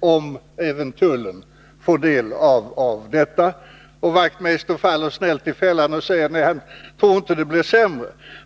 om även tullen får del av detta register? Och Knut Wachtmeister faller snällt i fällan och säger: Nej, jag tror inte att det blir sämre.